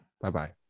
Bye-bye